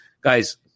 guys